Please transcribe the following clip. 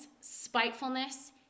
spitefulness